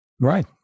right